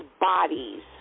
bodies